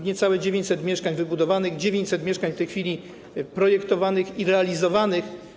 Niecałe 900 mieszkań wybudowanych, 900 mieszkań w tej chwili projektowanych i realizowanych.